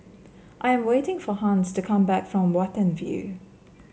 I am waiting for Hans to come back from Watten View